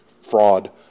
fraud